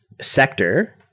sector